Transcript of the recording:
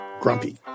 grumpy